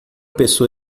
pessoa